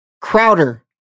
Crowder